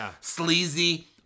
sleazy